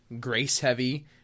grace-heavy